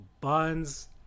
buns